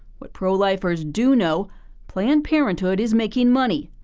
what pro-lifers do know planned parenthood is making money.